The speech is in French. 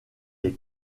est